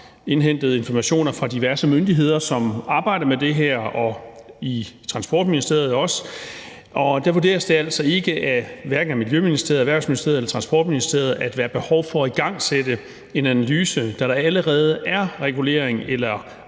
indhentet informationer fra diverse myndigheder, som arbejder med det her, og også fra Transportministeriet, og det vurderes altså hverken af Miljøministeriet, Erhvervsministeriet eller Transportministeriet, at der er behov for at igangsætte en analyse, da der allerede er regulering eller